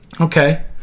Okay